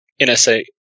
nsa